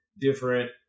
different